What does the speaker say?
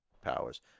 powers